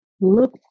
look